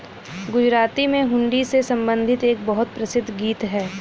गुजराती में हुंडी से संबंधित एक बहुत प्रसिद्ध गीत हैं